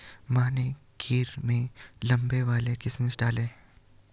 माँ ने खीर में लंबे वाले किशमिश डाले